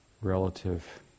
relative